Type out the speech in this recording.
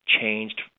changed